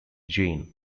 jane